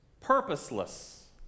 purposeless